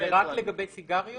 זה רק לגבי סיגריות?